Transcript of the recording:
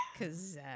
Cause